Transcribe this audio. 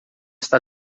está